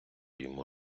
йому